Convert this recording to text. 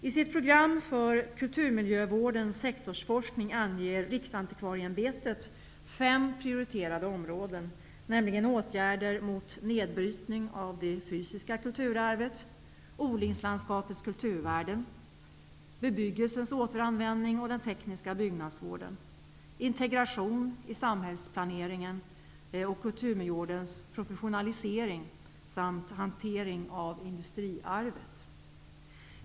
I sitt program för kulturmiljövårdens sektorsforskning anger Riksantikvarieämbetet fem prioriterade områden, nämligen åtgärder mot nedbrytning av det fysiska kulturarvet, odlingslandskapets kulturvärden, bebyggelsens återanvändning och den tekniska byggnadsvården, integration i samhällsplaneringen och kulturmiljövårdens professionalisering samt hantering av industriarvet.